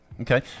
okay